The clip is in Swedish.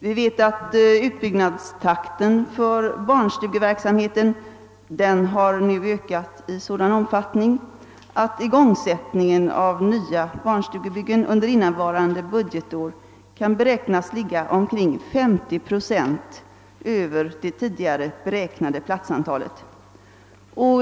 ; Vi vet att ätbyggnnästakten för barnstugeverksamheten har ökåat i. sådan omfattning att igångsättningen av nya barnstugebyggen under . innevarande. budgetår kan förmodas ligga omkring: 530 procent över det tidigare beräknade platsantalet.